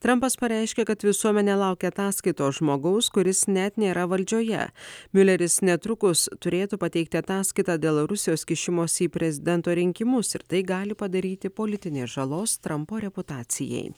trampas pareiškė kad visuomenė laukia ataskaitos žmogaus kuris net nėra valdžioje mileris netrukus turėtų pateikti ataskaitą dėl rusijos kišimosi į prezidento rinkimus ir tai gali padaryti politinės žalos trampo reputacijai